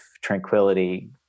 tranquility